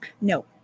No